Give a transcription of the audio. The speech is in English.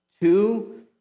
Two